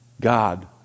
God